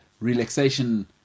relaxation